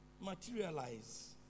materialize